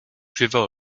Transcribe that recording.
drivel